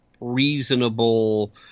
reasonable